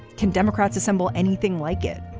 can democrats assemble anything like it?